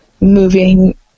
moving